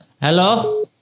Hello